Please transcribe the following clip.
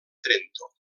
trento